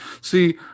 See